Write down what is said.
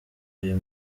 ayo